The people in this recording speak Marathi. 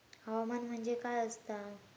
हवामान म्हणजे काय असता?